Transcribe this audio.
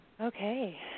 Okay